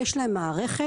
יש להם מערכת,